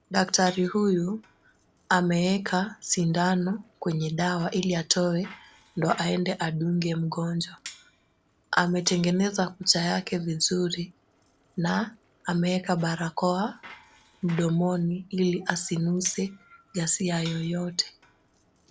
Daktari huyu ameeka sindano kwenye dawa ili atoe ndio aende adunge mgonjwa. Ametengeneza kucha yake vizuri na ameeka barakoa mdomoni ili asinuse gasia yeyote.